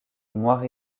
moiré